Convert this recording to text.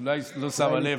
אולי היא לא שמה לב,